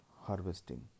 harvesting